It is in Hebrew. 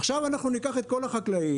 עכשיו אנחנו ניקח את כל החקלאים,